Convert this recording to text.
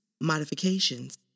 Modifications